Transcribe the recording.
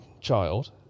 child